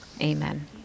Amen